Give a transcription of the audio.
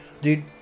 Dude